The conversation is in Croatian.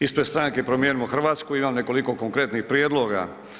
Ispred Stranke Promijenimo Hrvatsku imam nekoliko konkretnih prijedloga.